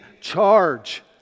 charge